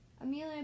Amelia